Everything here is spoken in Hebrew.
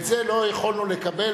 ואת זה לא יכולנו לקבל,